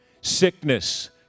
sickness